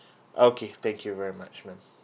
okay thank you very much ma'am